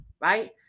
right